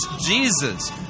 Jesus